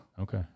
Okay